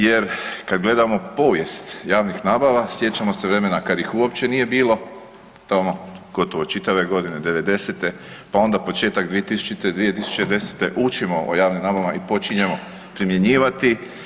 Jer kad gledamo povijest javnih nabava sjećamo se vremena kad ih uopće nije bilo, tamo gotovo čitave godine '90.-te, pa onda početak 2000.-2010. učimo o javnim nabavama i počinjemo primjenjivati.